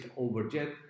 overjet